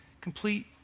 Complete